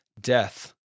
death